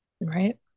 right